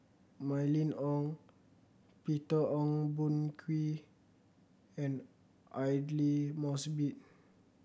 Mylene Ong Peter Ong Boon Kwee and Aidli Mosbit